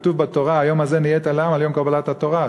כתוב בתורה "היום הזה נהיית לעם" יום קבלת התורה.